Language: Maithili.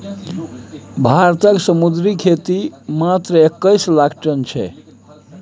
भारतक समुद्री खेती मात्र एक्कैस लाख टन छै